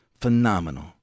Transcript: phenomenal